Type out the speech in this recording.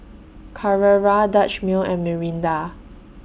Carrera Dutch Mill and Mirinda